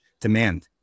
demand